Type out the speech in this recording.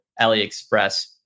AliExpress